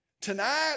Tonight